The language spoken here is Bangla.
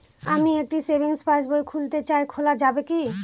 আমি একটি সেভিংস পাসবই খুলতে চাই খোলা যাবে কি?